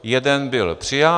Jeden byl přijat.